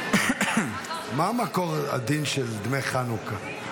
מה מקור הדין של דמי החנוכה?